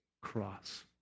cross